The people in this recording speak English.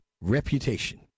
reputation